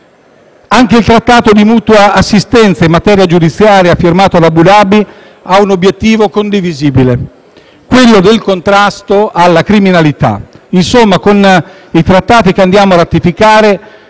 Anche il Trattato di mutua assistenza in materia giudiziaria in materia penale firmato ad Abu Dhabi ha l'obiettivo condivisibile del contrasto alla criminalità. Insomma, con i Trattati che andiamo a ratificare